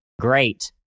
great